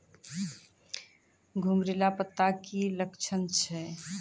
घुंगरीला पत्ता के की लक्छण छै?